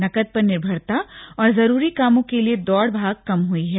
नकद पर निर्भरता और जरूरी कामों के लिए दौड़भाग कम हुई है